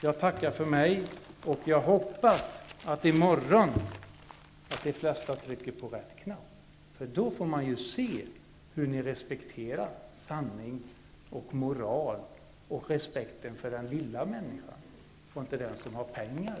Jag tackar för mig, och jag hoppas att de flesta i morgon trycker på rätt knapp. Då får man se hur ni respekterar sanning och moral och hur ni har det med respekten för den lilla människan och inte bara för den som har pengar.